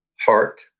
heart